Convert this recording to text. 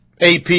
AP